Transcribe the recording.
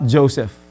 Joseph